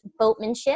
boatmanship